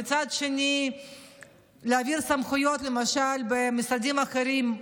ומצד שני להעביר סמכויות ממשרדים אחרים.